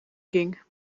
king